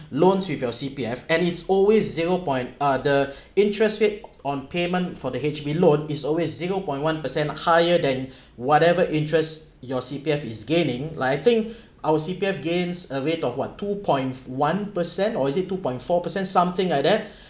loans with your C_P_F and it's always zero point uh the interest rate on payment for the H_B loan is always zero point one percent higher than whatever interest your C_P_F is gaining like I think our C_P_F gains a rate of what two point one percent or is it two point four percent something like that